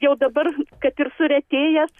jau dabar kad ir suretėjęs